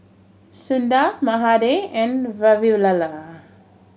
Sundar Mahade and Vavilala